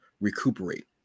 recuperate